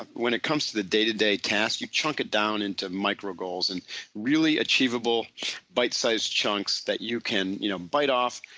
when it comes to the day to day task you chunk it down into micro goals and really achievable bite-size chunks that you can you know bite off,